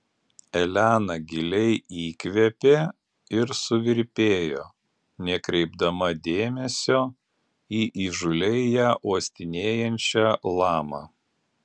elena giliai įkvėpė ir suvirpėjo nekreipdama dėmesio į įžūliai ją uostinėjančią lamą